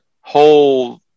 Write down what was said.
whole